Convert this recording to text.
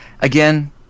again